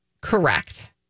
correct